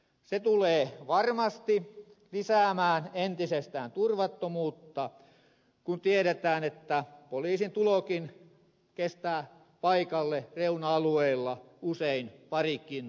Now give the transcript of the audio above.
se tulee varmasti lisäämään entisestään turvattomuutta kun tiedetään että poliisin paikalle tulokin kestää reuna alueilla usein parikin tuntia